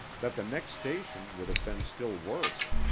that the next station would have been still worse.